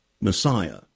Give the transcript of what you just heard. Messiah